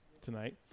tonight